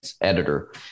editor